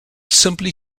simply